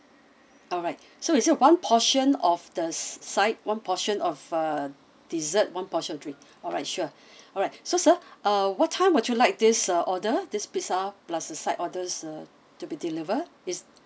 alright so is it one portion of the side one portion of a dessert one portion of drink alright sure alright so sir uh what time would you like this uh order this pizza plus a side orders uh to be deliver is